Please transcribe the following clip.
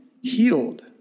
healed